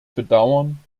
bedauern